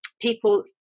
people